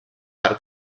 per